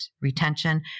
Retention